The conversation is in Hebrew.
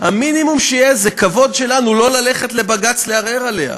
המינימום שיהיה זה כבוד שלנו לא ללכת לבג"ץ לערער עליה.